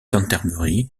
canterbury